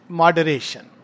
moderation